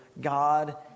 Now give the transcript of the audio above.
God